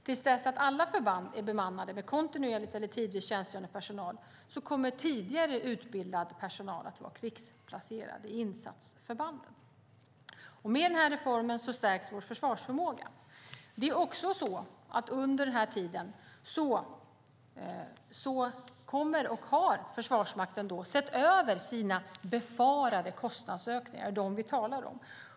Till dess att alla förband är bemannade med kontinuerligt eller tidvis tjänstgörande personal kommer tidigare utbildad personal att vara krigsplacerad i insatsförbanden. Med reformen stärks vår försvarsförmåga. Under den här tiden har Försvarsmakten sett över sina befarade kostnadsökningar och kommer att fortsätta det arbetet. Det är de befarade kostnadsökningarna vi talar om.